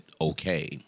okay